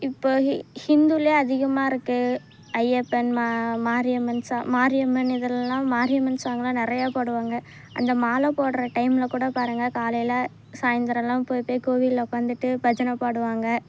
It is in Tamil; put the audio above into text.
இப்போ ஹிந்துலையே அதிகமாக இருக்கு ஐயப்பன் மாரியம்மன் ச மாரியம்மன் இதுல எல்லாம் மாரியம்மன் சாங் எல்லாம் நிறைய பாடுவாங்க அந்த மாலை போடுகிற டைம்மில் கூட பாருங்கள் காலையில் சாயந்தரல்லாம் போய் போய் கோவிலில் உட்காந்துட்டு பஜனை பாடுவாங்க